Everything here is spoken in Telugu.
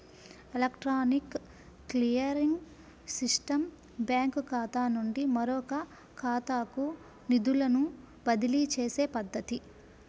ఎలక్ట్రానిక్ క్లియరింగ్ సిస్టమ్ బ్యాంకుఖాతా నుండి మరొకఖాతాకు నిధులను బదిలీచేసే పద్ధతి